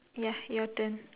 ya your turn